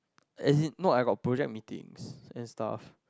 as in not I got project meetings and stuff